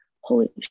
Holy